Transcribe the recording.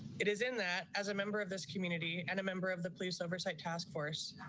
it is in that as a member of this community and a member of the police oversight task force,